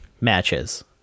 matches